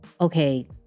okay